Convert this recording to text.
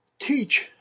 teach